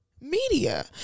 media